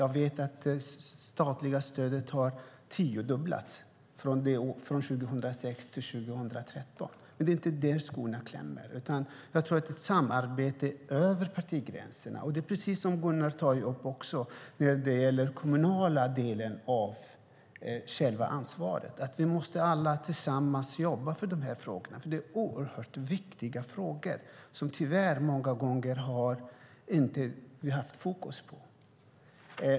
Jag vet att det statliga stödet har tiodubblats från 2006 till 2013. Men det är inte där skon klämmer. Precis som Gunnar Andrén också tar upp när det gäller den kommunala delen av själva ansvaret tror jag att det behövs ett samarbete över partigränserna. Vi måste alla tillsammans jobba för de här frågorna. Det är oerhört viktiga frågor som vi tyvärr många gånger inte har haft fokus på.